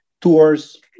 tours